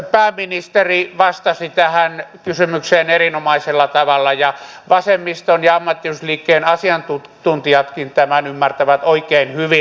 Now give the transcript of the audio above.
pääministeri vastasi tähän kysymykseen erinomaisella tavalla ja vasemmiston ja ammattiyhdistysliikkeen asiantuntijatkin tämän ymmärtävät oikein hyvin